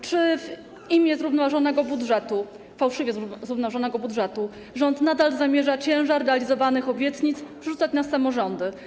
Czy w imię zrównoważonego budżetu, fałszywie zrównoważonego budżetu, rząd nadal zamierza ciężar realizowanych obietnic przerzucać na samorządy?